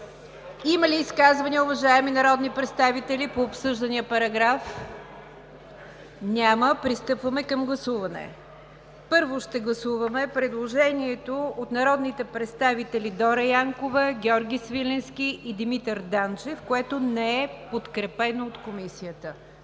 Има ли изказвания, уважаеми народни представители, по обсъждания параграф? Няма. Подлагам на гласуване, първо, предложението от народните представители Дора Янкова, Георги Свиленски и Димитър Данчев, което не е подкрепено от Комисията.